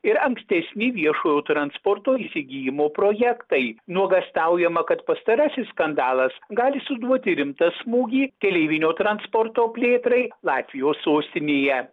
ir ankstesni viešojo transporto įsigijimo projektai nuogąstaujama kad pastarasis skandalas gali suduoti rimtą smūgį keleivinio transporto plėtrai latvijos sostinėje